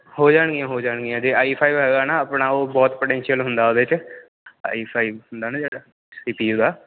ਹੋ ਜਾਣਗੀਆਂ ਹੋ ਜਾਣਗੀਆਂ ਜੇ ਆਈ ਫਾਈਵ ਹੈਗਾ ਨਾ ਆਪਣਾ ਉਹ ਬਹੁਤ ਪੋਟੈਨਸ਼ੀਅਲ ਹੁੰਦਾ ਉਹਦੇ 'ਚ ਆਈ ਫਾਈਵ ਹੁੰਦਾ ਨਾ ਜਿਹੜਾ ਸੀ ਪੀ ਯੂ ਦਾ